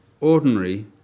ordinary